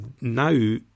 now